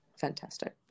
fantastic